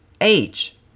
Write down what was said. age